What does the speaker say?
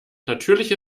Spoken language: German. natürliche